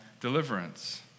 deliverance